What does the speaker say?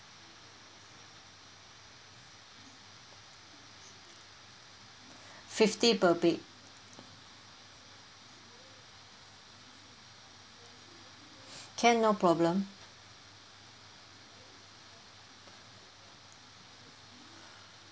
fifty per bed can no problem